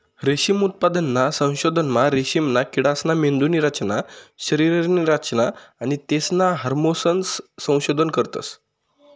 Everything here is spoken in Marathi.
रेशीम उत्पादनना संशोधनमा रेशीमना किडासना मेंदुनी रचना, शरीरनी रचना आणि तेसना हार्मोन्सनं संशोधन करतस